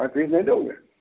दे दोगे